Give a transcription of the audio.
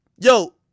Yo